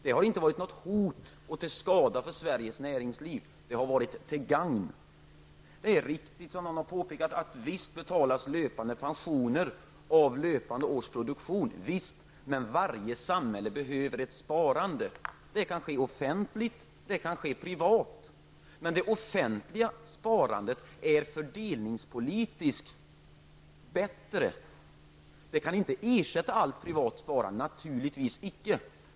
Det har inte varit något hot för svenskt näringsliv eller till skada för det -- det har varit till gagn för det. Det är i och för sig riktigt att löpande pensioner betalas av löpande års produktion, men varje samhälle behöver ett sparande. Det kan ske offentligt eller privat, men det offentliga sparandet är fördelningspolitiskt bättre. Det kan naturligtvis inte ersätta allt privat sparande.